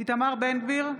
איתמר בן גביר,